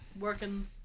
working